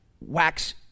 wax